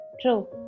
True